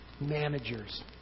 managers